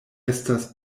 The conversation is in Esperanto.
estas